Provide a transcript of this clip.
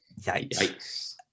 yikes